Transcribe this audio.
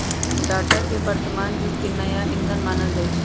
data के वर्तमान जुग के नया ईंधन मानल जाई छै